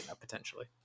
potentially